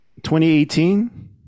2018